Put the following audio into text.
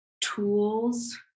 tools